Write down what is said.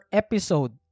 episode